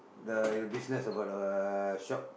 the business about the shop